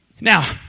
Now